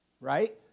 right